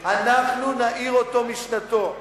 אנחנו נעיר אותו משנתו.